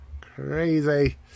Crazy